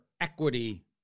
equity